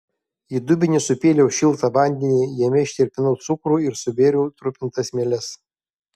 į dubenį supyliau šiltą vandenį jame ištirpinau cukrų ir subėriau trupintas mieles